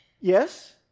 yes